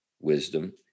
wisdom